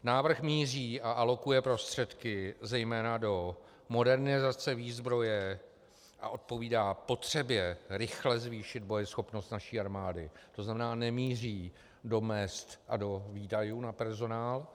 Návrh míří a alokuje prostředky zejména do modernizace výzbroje a odpovídá potřebě rychle zvýšit bojeschopnost naší armády, tzn. nemíří do mezd a do výdajů na personál.